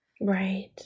Right